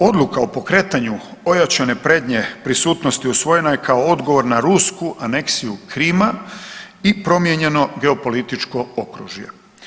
Odluka o pokretanju ojačane prednje prisutnosti usvojena je kao odgovor na rusku aneksiju Krima i promijenjeno geopolitičko okružje.